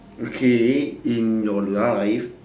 okay in your life